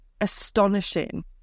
astonishing